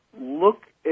look